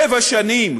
שבע שנים